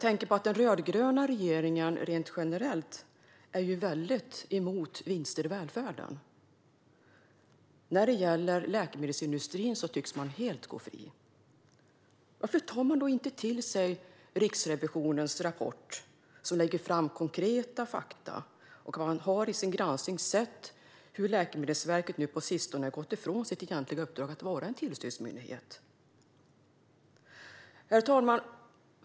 Den rödgröna regeringen är ju generellt emot vinster i välfärden, men läkemedelsindustrin tycks helt gå fri. Varför tar man inte till sig Riksrevisionens rapport, som lägger fram konkreta fakta? Man har ju i sin granskning sett hur Läkemedelsverket på sistone gått ifrån sitt egentliga uppdrag att vara en tillsynsmyndighet. Herr talman!